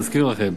להזכיר לכם,